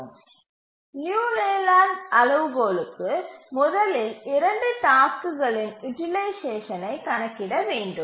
லியு Layland அளவுகோலுக்கு முதலில் 2 டாஸ்க்குகளின் யூட்டிலைசேஷனை கணக்கிட வேண்டும்